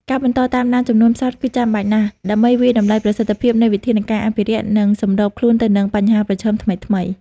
ការបន្តតាមដានចំនួនផ្សោតគឺចាំបាច់ណាស់ ដើម្បីវាយតម្លៃប្រសិទ្ធភាពនៃវិធានការអភិរក្ស និងសម្របខ្លួនទៅនឹងបញ្ហាប្រឈមថ្មីៗ។